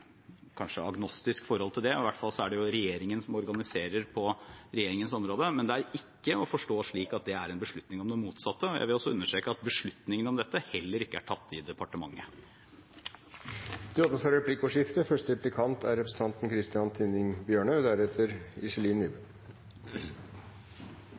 kanskje er det å ha et agnostisk forhold til dette, i hvert fall er det regjeringen som organiserer på regjeringens område – at det ikke er å forstå slik at det er en beslutning om det motsatte. Jeg vil også understreke at beslutningen om dette heller ikke er tatt i departementet. Det blir replikkordskifte.